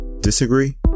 disagree